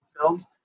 films